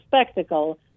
spectacle